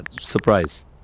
Surprise